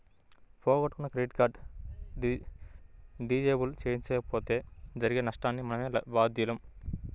పోగొట్టుకున్న credit card disable చేయించకపోతే జరిగే నష్టానికి మనమే బాధ్యులం